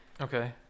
Okay